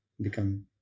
become